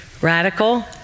radical